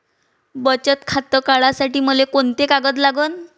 बचत खातं काढासाठी मले कोंते कागद लागन?